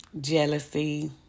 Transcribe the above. jealousy